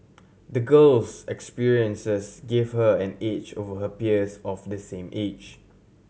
the girl's experiences gave her an edge over her peers of the same age